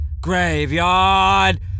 Graveyard